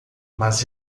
mas